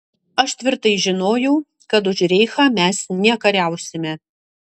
aš tvirtai žinojau kad už reichą mes nekariausime